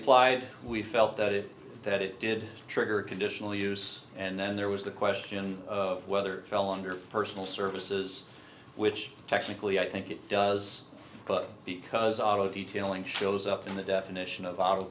applied we felt that it that it did trigger a conditional use and then there was the question of whether fell under personal services which technically i think it does because of detailing shows up in the definition